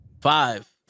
Five